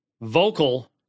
vocal